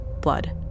blood